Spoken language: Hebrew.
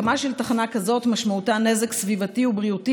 הקמה של תחנה כזאת משמעותה נזק סביבתי ובריאותי